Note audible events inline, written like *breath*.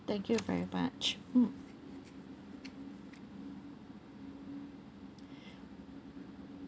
thank you very much mm *breath*